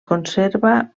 conserva